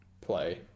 play